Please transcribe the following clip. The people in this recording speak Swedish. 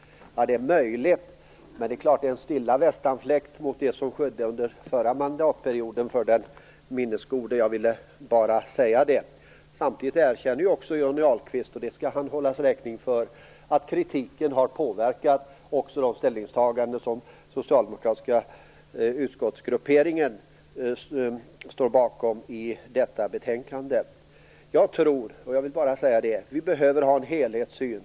Det är möjligt, men det är en stilla västanfläkt i jämförelse med det som skedde under den förra mandatperioden, som den minnesgode kanske erinrar sig. Samtidigt erkänner Johnny Ahlqvist - och det skall han hållas räkning för - att kritiken har påverkat också de ställningstaganden som den socialdemokratiska utskottsgrupperingen står bakom i detta betänkande. Vi behöver ha en helhetssyn.